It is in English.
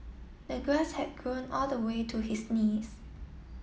the grass had grown all the way to his knees